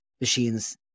machines